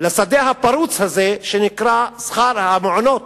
לשדה הפרוץ הזה שנקרא שכר המעונות,